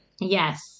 Yes